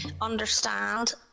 understand